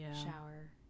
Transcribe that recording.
shower